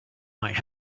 might